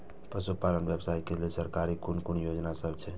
पशु पालन व्यवसाय के लेल सरकारी कुन कुन योजना सब छै?